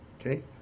Okay